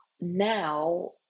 now